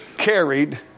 carried